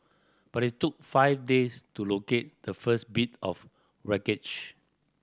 but it took five days to locate the first bit of wreckage